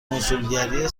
کنسولگری